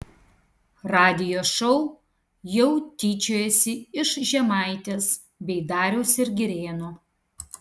radijo šou jau tyčiojasi iš žemaitės bei dariaus ir girėno